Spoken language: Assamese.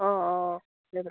অঁ অঁ